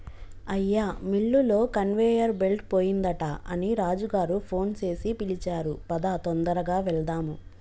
అయ్యా మిల్లులో conveyor belt పోయిందట అని రాజు గారు ఫోన్ సేసి పిలిచారు పదా తొందరగా వెళ్దాము